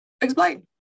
Explain